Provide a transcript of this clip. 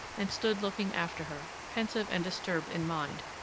and stood looking after her, pensive and disturbed in mind,